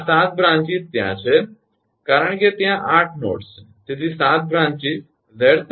આ 7 બ્રાંચીસશાખાઓ ત્યાં છે કારણ કે ત્યાં 8 નોડ્સ છે તેથી 7 બ્રાંચીસ